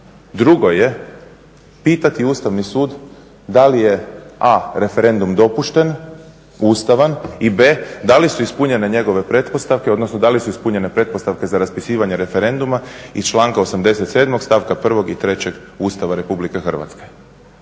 drugo je pitati Ustavni sud da li je a)referendum dopušten, Ustavan i b)da li su ispunjene njegove pretpostavke, odnosno da li su ispunjene pretpostavke za raspisivanje referenduma iz članka 87. stavka 1. i 3. Ustava Republike Hrvatske.